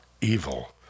evil